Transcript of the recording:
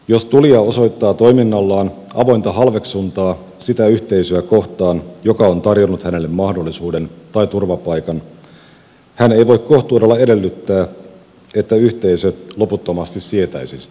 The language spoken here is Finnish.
jos tulija osoittaa toiminnallaan avointa halveksuntaa sitä yhteisöä kohtaa joka on tarjonnut hänelle mahdollisuuden tai turvapaikan hän ei voi kohtuudella edellyttää että yhteisö loputtomasti sietäisi sitä